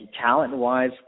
talent-wise